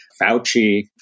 Fauci